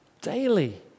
daily